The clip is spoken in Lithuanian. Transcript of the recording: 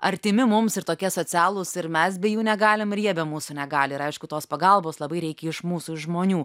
artimi mums ir tokie socialūs ir mes be jų negalim ir jie be mūsų negali ir aišku tos pagalbos labai reikia iš mūsų iš žmonių